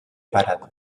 parado